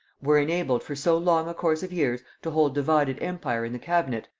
were enabled for so long a course of years to hold divided empire in the cabinet,